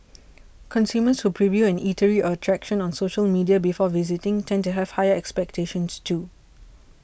consumers who preview an eatery or attraction on social media before visiting tend to have higher expectations too